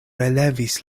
relevis